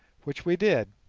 which we did,